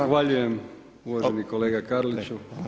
Zahvaljujem uvaženi kolega Karić.